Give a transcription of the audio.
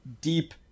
deep